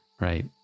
right